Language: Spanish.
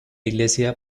iglesia